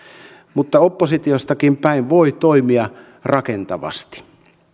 mutta oppositiostakin päin voi toimia rakentavasti